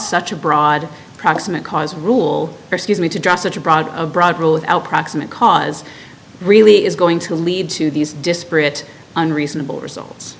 such a broad proximate cause rule for me to draw such a broad broad rule without proximate cause really is going to lead to these disparate unreasonable results